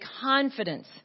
confidence